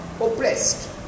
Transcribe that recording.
oppressed